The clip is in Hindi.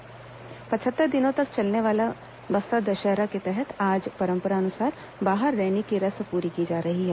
बस्तर दशहरा पचहत्तर दिनों तक चलने वाले बस्तर दशहरा के तहत आज परंपरानुसार बाहर रैनी की रस्म पूरी की जा रही है